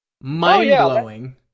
mind-blowing